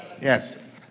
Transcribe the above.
yes